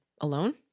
alone